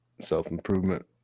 Self-improvement